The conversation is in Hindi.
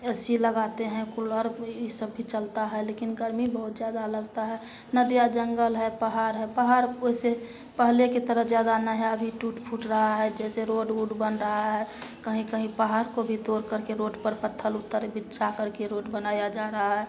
ए सी लगाते हैं कूलर भी ये सब भी चलता है लेकिन गर्मी बहुत ज़्यादा लगता है नदियां जंगल है पहाड़ है पहाड़ वैसे पहले के तरह ज़्यादा नहीं है अभी टूट फूट रहा है जैसे रोड ऊड बन रहा है कहीं कहीं पहाड़ को भी तोड़कर के रोड पर पत्थर उत्थर बिछाकर के रोड बनाया जा रहा है